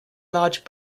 large